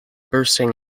bursting